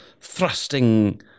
thrusting